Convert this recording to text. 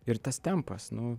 ir tas tempas nu